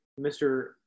Mr